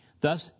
Thus